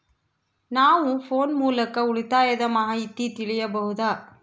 ನಾವು ಫೋನ್ ಮೂಲಕ ಉಳಿತಾಯದ ಮಾಹಿತಿ ತಿಳಿಯಬಹುದಾ?